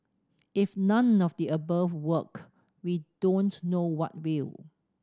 if none of the above work we don't know what will